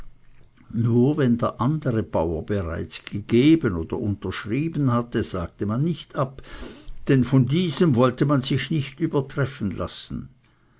nur wenn der andere bauer bereits gegeben oder unterschrieben hatte sagte man nicht ab denn von diesem wollte man sich nicht übertreffen lassen